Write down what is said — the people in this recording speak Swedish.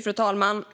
Fru talman!